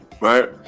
right